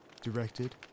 directed